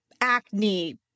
acne